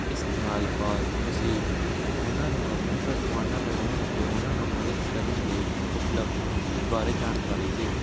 ਇਸ ਨਾਲ ਬਾਅਦ ਤੁਸੀਂ ਉਹਨਾਂ ਨੂੰ ਆਪਣੇ ਪਕਵਾਨਾਂ ਬਣਾਉਣ ਅਤੇ ਉਹਨਾਂ ਨੂੰ ਮਦਦ ਕਰਨ ਲਈ ਉਪਲਬਧ ਬਾਰੇ ਜਾਣਕਾਰੀ ਦਿਓ